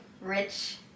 rich